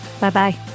Bye-bye